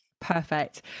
Perfect